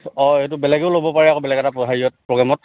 অঁ এইটো বেলেগে ল'ব পাৰে আক বেলেগ এটা হেৰিয়ত প্ৰগেমত